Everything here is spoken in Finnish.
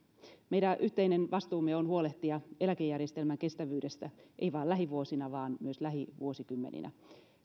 meidän yhteinen vastuumme on huolehtia eläkejärjestelmän kestävyydestä ei vain lähivuosina vaan myös lähivuosikymmeninä me emme